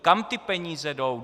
Kam ty peníze jdou?